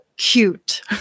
Cute